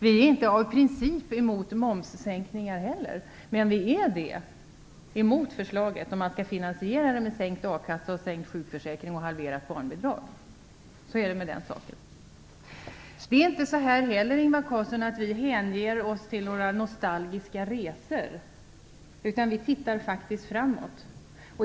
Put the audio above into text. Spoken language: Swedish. Vi är inte av princip emot momssänkningar heller, men vi är emot förslaget om man skall finansiera det med sänkt a-kassa, sänkt sjukförsäkring och halverat barnbidrag. - Så är det med den saken. Det är inte heller så att vi hänger oss åt några nostalgiska resor, Ingvar Carlsson. Vi tittar faktiskt framåt.